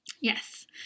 Yes